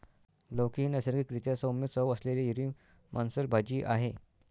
लौकी ही नैसर्गिक रीत्या सौम्य चव असलेली हिरवी मांसल भाजी आहे